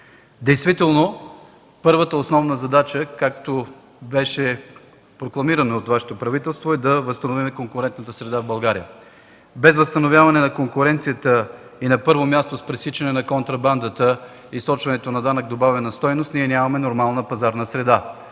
Действително първата основна задача, както беше прокламирана от Вашето правителство, е да установим конкретната среда в България. Без възстановяване на конкуренцията и на първо място с пресичане на контрабандата и източване на данък добавена стойност, ние нямаме нормална пазарна среда.